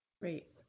Great